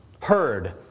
heard